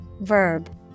verb